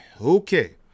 okay